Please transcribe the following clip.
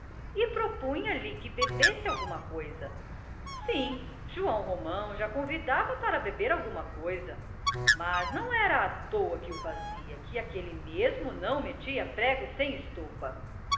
propunha lhe que bebesse alguma coisa sim joão romão já convidava para beber alguma coisa mas não era à loa que o fazia que aquele mesmo não metia prego sem estopa